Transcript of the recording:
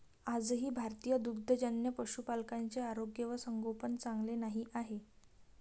आजही भारतीय दुग्धजन्य पशुपालकांचे आरोग्य व संगोपन चांगले नाही आहे